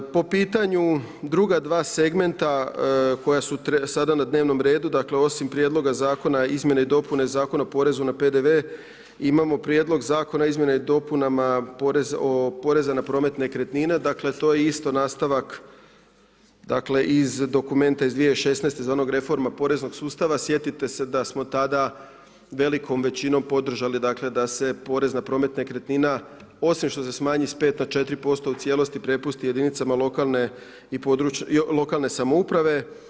Po pitanju druga dva segmenta koja su sada na dnevnom redu, dakle osim prijedloga zakona izmjene i dopune Zakona o porezu na PDV imamo prijedlog zakona o izmjenama i dopunama poreza na promet nekretnine, dakle to je isto nastavak iz dokumente iz 2016. iz onog reforma poreznog sustava, sjetite se da smo tada velikom većinom podržali da se porez na promet nekretnina, osim što se smanji s 5 na 4% u cijelosti prepusti jedinicama lokalne samouprave.